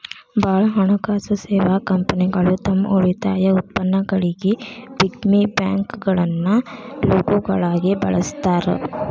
ಭಾಳ್ ಹಣಕಾಸು ಸೇವಾ ಕಂಪನಿಗಳು ತಮ್ ಉಳಿತಾಯ ಉತ್ಪನ್ನಗಳಿಗಿ ಪಿಗ್ಗಿ ಬ್ಯಾಂಕ್ಗಳನ್ನ ಲೋಗೋಗಳಾಗಿ ಬಳಸ್ತಾರ